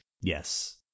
yes